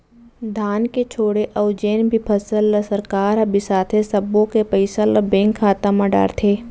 धान के छोड़े अउ जेन भी फसल ल सरकार ह बिसाथे सब्बो के पइसा ल बेंक खाता म डारथे